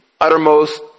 uttermost